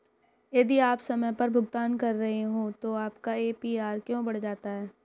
यदि आप समय पर भुगतान कर रहे हैं तो आपका ए.पी.आर क्यों बढ़ जाता है?